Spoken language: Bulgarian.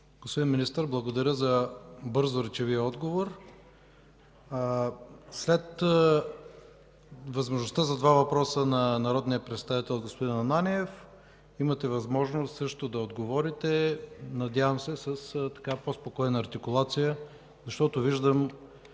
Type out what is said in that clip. Господин Министър, благодаря за бързо речевия отговор. След възможността за два въпроса на народния представител господин Ананиев, имате възможност също да отговорите, надявам се, с по-спокойна артикулация, защото виждам,